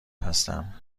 هستم